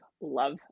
love